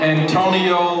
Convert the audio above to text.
Antonio